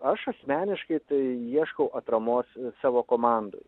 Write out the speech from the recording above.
aš asmeniškai tai ieškau atramos savo komandoj